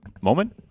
moment